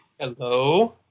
Hello